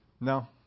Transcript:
No